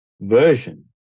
version